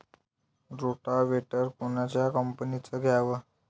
Rotavator कोनच्या कंपनीचं घ्यावं?